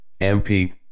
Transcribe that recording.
MP